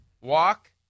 walk